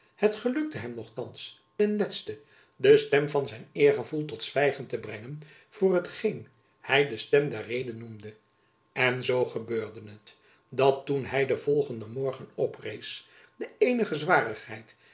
het gelukte hem nochthands ten lesten de stem van zijn eergevoel tot zwijgen te brengen voor hetgeen hy de stem der rede noemde en zoo gebeurde het dat toen hy den volgenden morgen oprees de eenige zwarigheid